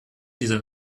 dieser